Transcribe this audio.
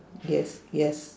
yes yes